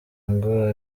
ngo